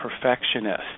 perfectionist